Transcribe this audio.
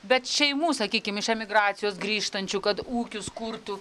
bet šeimų sakykim iš emigracijos grįžtančių kad ūkius kurtų